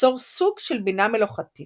ליצור סוג של בינה מלאכותית.